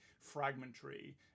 fragmentary